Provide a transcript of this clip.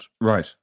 Right